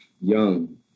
young